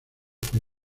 por